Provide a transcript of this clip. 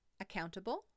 accountable